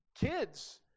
Kids